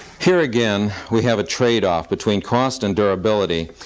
here again we have a trade-off between cost and durability,